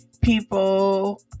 People